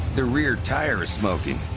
the rear tire is smoking.